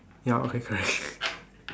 ya okay correct